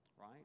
right